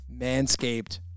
manscaped